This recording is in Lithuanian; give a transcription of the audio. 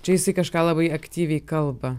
čia jisai kažką labai aktyviai kalba